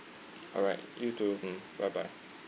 alright you too mm bye bye